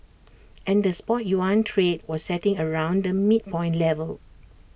and the spot yuan trade was settling around the midpoint level